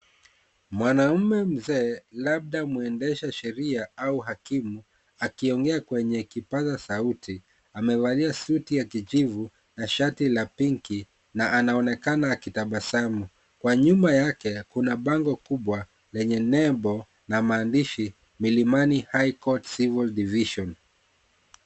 Mwanaume mzee labda mwendesha sheria au hakimu, akiongea kwenye kipaza sauti. Amevalia suti ya kijivu na shati la pinki na anaonekana akitabasamu. Kwa nyuma yake kuna bango kubwa lenye nembo na maandishi Milimani High Court Civil Division.